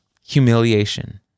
humiliation